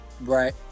right